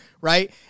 right